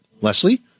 Leslie